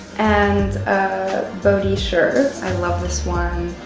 and a bodhi shirt. i love this one,